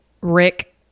Rick